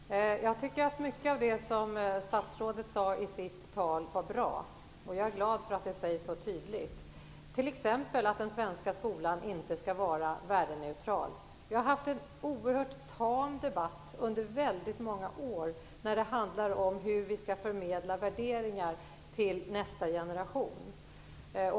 Herr talman! Jag tycker att mycket av det som statsrådet sade i sitt anförande var bra, och jag är glad för att det sades så tydligt. T.ex. gäller det att den svenska skolan inte skall vara värdeneutral. Vi har under väldigt många år haft en oerhört tam debatt när det handlar om hur vi skall förmedla värderingar till nästa generation.